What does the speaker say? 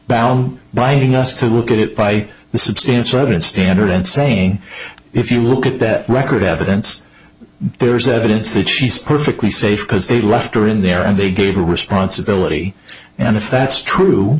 judgment biting us to look at it by the substantial evidence standard and saying if you look at the record evidence there is evidence that she's perfectly safe because they left her in there and they gave her responsibility and if that's true